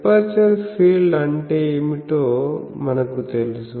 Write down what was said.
aperture field అంటే ఏమిటో మనకు తెలుసు